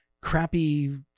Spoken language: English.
crappy